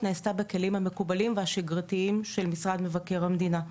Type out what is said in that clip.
נעשתה בכלים המקובלים והשגרתיים של משרד מבקר המדינה,